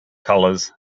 colours